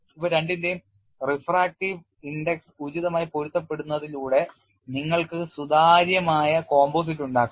ഇവ രണ്ടിന്റെയും റിഫ്രാക്റ്റീവ് സൂചികകളെ ഉചിതമായി പൊരുത്തപ്പെടുത്തുന്നതിലൂടെ നിങ്ങൾക്ക് സുതാര്യമായ composite ഉണ്ടാക്കാം